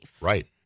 Right